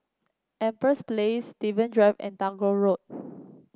Empress Place Steven Drive and Tagore Road